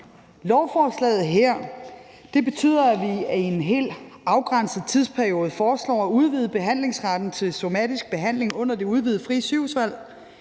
Lovforslaget her betyder, at vi i en helt afgrænset tidsperiode foreslår at udvide behandlingsretten til somatisk behandling under det udvidede frie sygehusvalg.